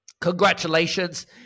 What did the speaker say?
congratulations